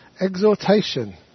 Exhortation